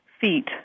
feet